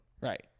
Right